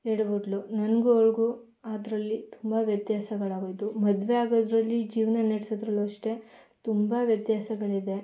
ಎಡವ್ಬಿಟ್ಳು ನಂಗೂ ಅವ್ಳಿಗೂ ಅದರಲ್ಲಿ ತುಂಬ ವ್ಯತ್ಯಾಸಗಳಾಗೋಯಿತು ಮದುವೆ ಆಗೋದರಲ್ಲಿ ಜೀವನ ನಡೆಸೋದ್ರಲ್ಲೂ ಅಷ್ಟೇ ತುಂಬ ವ್ಯತ್ಯಾಸಗಳಿದೆ